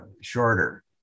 shorter